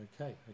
okay